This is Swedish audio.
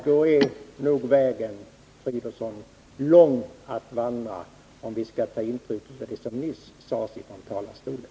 Då är nog vägen lång att vandra, herr Fridolfsson, om vi skall ta intryck av det som nyss sades från talarstolen.